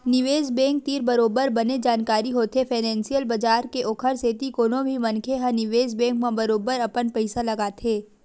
निवेस बेंक तीर बरोबर बने जानकारी होथे फानेंसियल बजार के ओखर सेती कोनो भी मनखे ह निवेस बेंक म बरोबर अपन पइसा लगाथे